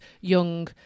young